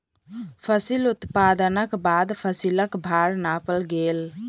फसिल उत्पादनक बाद फसिलक भार नापल गेल